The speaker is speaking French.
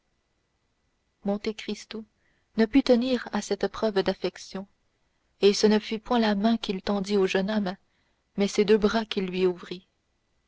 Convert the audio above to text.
monte cristo ne put tenir à cette preuve d'affection et ce ne fut point la main qu'il tendit au jeune homme mais ses deux bras qu'il lui ouvrit